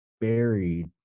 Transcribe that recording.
buried